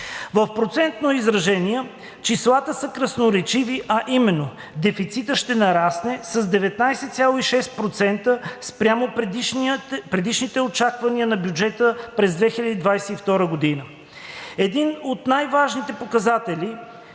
В процентно изражение числата са красноречиви, а именно – дефицитът ще нарасне с 19,6% спрямо предишните очаквания на бюджета през 2022 г. Един от най-важните показатели,